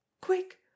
Quick